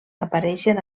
apareixen